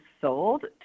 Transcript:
sold